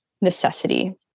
necessity